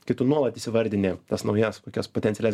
kai tu nuolat įsivardini tas naujas kokias potencialias